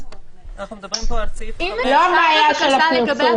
אנחנו מדברים פה על סעיף 5. זו לא הבעיה של הפרסום.